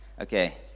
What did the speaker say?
Okay